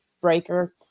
breaker